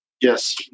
Yes